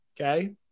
Okay